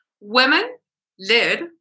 women-led